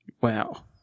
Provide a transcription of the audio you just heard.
Wow